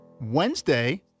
Wednesday